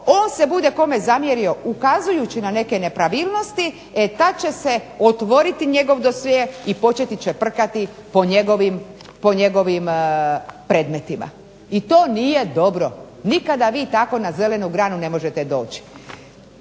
on se bude kome zamjerio ukazujući na neke nepravilnosti e tad će se otvoriti njegov dosje i početi čeprkati po njegovim predmetima. I to nije dobro. Nikada vi tako na zelenu granu ne možete doći.